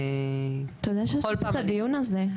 תודה שעשית את הדיון הזה.